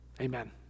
Amen